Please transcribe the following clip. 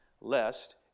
lest